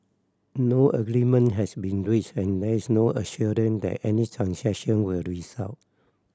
no agreement has been reached and there is no assurance that any transaction will result